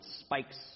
spikes